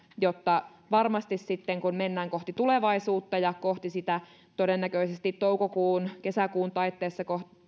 jotta varmasti kun mennään kohti tulevaisuutta ja kohti sitä todennäköisesti toukokuun ja kesäkuun taitteessa